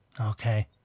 Okay